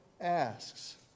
asks